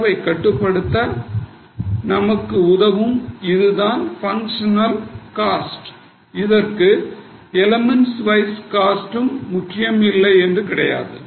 செலவை கட்டுப்படுத்த நமக்கு உதவும் இதுதான் பங்க்ஷனல் காஸ்ட் அதற்காக எலிமெண்ட் வைஸ் காஸ்ட் முக்கியம் இல்லை என்று கிடையாது